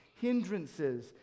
hindrances